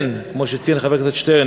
כפי שציין חבר הכנסת שטרן,